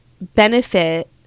benefit